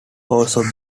also